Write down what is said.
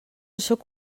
sóc